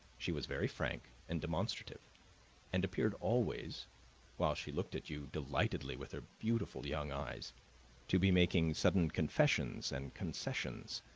she was very frank and demonstrative and appeared always while she looked at you delightedly with her beautiful young eyes to be making sudden confessions and concessions,